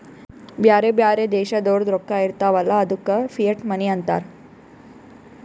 ಬ್ಯಾರೆ ಬ್ಯಾರೆ ದೇಶದೋರ್ದು ರೊಕ್ಕಾ ಇರ್ತಾವ್ ಅಲ್ಲ ಅದ್ದುಕ ಫಿಯಟ್ ಮನಿ ಅಂತಾರ್